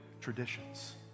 traditions